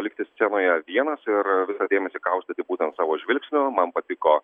likti scenoje vienas ir dėmesį kaustyti būtent savo žvilgsniu man patiko